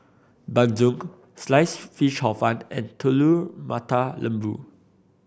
bandung Sliced Fish Hor Fun and Telur Mata Lembu